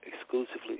exclusively